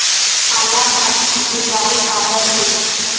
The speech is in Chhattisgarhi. काला माटी उपजाऊ काबर हे?